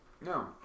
No